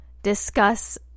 Discuss